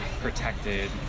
protected